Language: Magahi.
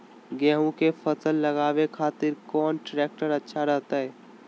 गेहूं के फसल लगावे खातिर कौन ट्रेक्टर अच्छा रहतय?